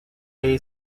hey